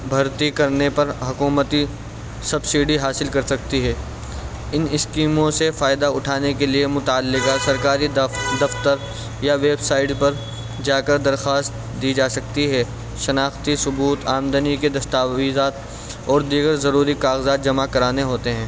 بھرتی کرنے پر حکومتی سبسڈی حاصل کر سکتی ہے ان اسکیموں سے فائدہ اٹھانے کے لیے متعلقہ سرکاری دفتر یا ویبسائٹ پر جا کر درخواست دی جا سکتی ہے شناختی ثبوت آمدنی کے دستاویزات اور دیگر ضروری کاغذات جمع کرانے ہوتے ہیں